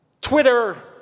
Twitter